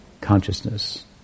consciousness